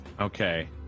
okay